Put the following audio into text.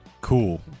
Cool